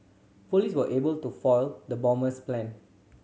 police were able to foil the bomber's plan